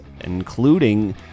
including